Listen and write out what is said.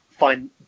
find